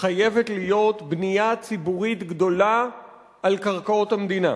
חייבת להיות בנייה ציבורית גדולה על קרקעות המדינה.